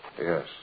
Yes